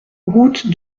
route